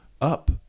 up